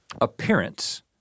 appearance